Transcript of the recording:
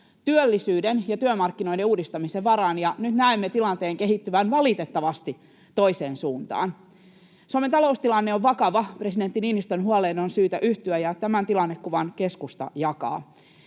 työllisyyden ja työmarkkinoiden uudistamisen varaan. Nyt näemme tilanteen kehittyvän valitettavasti toiseen suuntaan. Suomen taloustilanne on vakava. Presidentti Niinistön huoleen on syytä yhtyä, ja tämän tilannekuvan keskusta jakaa.